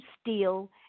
steel